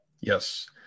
Yes